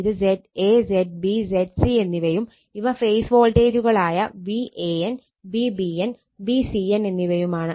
ഇത് ZA ZB ZC എന്നിവയും ഇവ ഫേസ് വോൾട്ടേജുകളായ VAN VBN VCN എന്നിവയുമാണ്